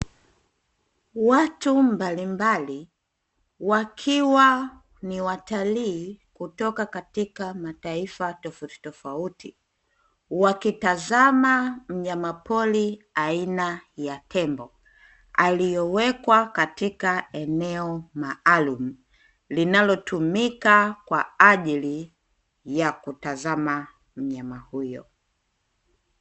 Watu mbali mbali wakiwa ni watalii kutoka katika mataifa tofauti tofauti wakitazama mnyama pori aina ya tembo aliyowekwa katika eneo maalum, linalotumika kwa ajili ya kutazama mnyama huyo.